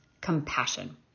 compassion